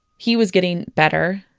he was getting better.